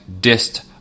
dist